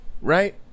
right